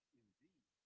indeed